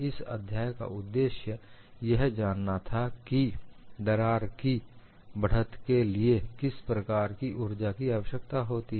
इस अध्याय का उद्देश्य यह जानना था कि दरार की बढ़त के लिए किस प्रकार की ऊर्जा की आवश्यकता होती है